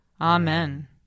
Amen